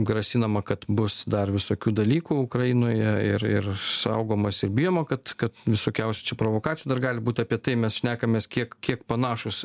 grasinama kad bus dar visokių dalykų ukrainoje ir ir saugomasi bijoma kad kad visokiausių čia provokacijų dar gali būti apie tai mes šnekamės kiek kiek panašūs